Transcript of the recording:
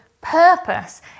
purpose